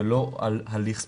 ולא על הליך ספציפי.